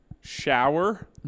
shower